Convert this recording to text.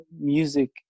music